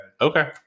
Okay